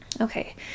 Okay